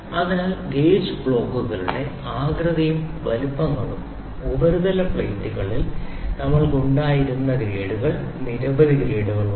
അതിനാൽ ഗേജ് ബ്ലോക്കുകളുടെ ആകൃതിയും വലുപ്പങ്ങളും ഉപരിതല പ്ലേറ്റുകളിൽ നമ്മൾക്ക് ഉണ്ടായിരുന്ന ഗ്രേഡുകൾ പോലെ നിരവധി ഗ്രേഡുകൾ ഉണ്ട്